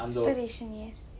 inspiration yes